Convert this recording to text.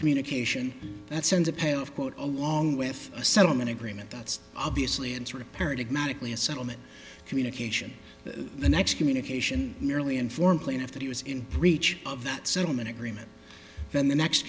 communication that sends a payoff quote along with a settlement agreement that's obviously it's repaired magically a settlement communication the next communication nearly informed plaintiff that he was in breach of that settlement agreement then the next